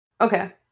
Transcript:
Okay